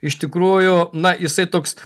iš tikrųjų na jisai toks